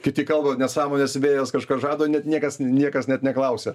kiti kalba nesąmones vėjas kažką žada net niekas niekas net neklausia